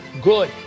good